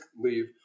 leave